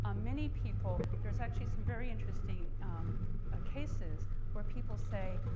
um many people there's actually some very interesting ah cases where people say,